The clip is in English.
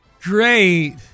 great